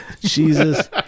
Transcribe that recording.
jesus